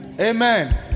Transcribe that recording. Amen